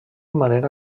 manera